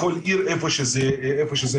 בכל עיר איפה שזה נמצא.